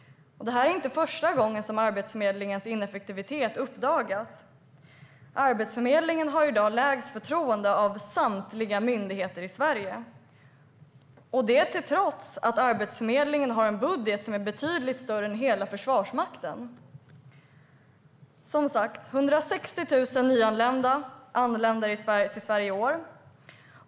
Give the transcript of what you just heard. Detta är inte första gången som Arbetsförmedlingens ineffektivitet uppdagas. Arbetsförmedlingen har i dag lägst förtroende av samtliga myndigheter i Sverige, detta trots att Arbetsförmedlingen har en budget som är betydligt större än hela Försvarsmaktens. 160 000 nyanlända kommer, som sagt, till Sverige i år.